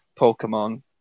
Pokemon